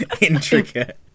intricate